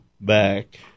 back